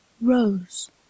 rose